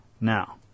Now